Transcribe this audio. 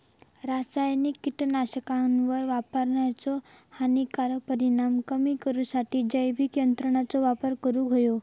रासायनिक कीटकनाशकांच्या वापराचे हानिकारक परिणाम कमी करूसाठी जैविक नियंत्रणांचो वापर करूंक हवो